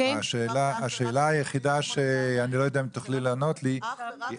השאלה היחידה, אם תוכלי לענות לי עליה,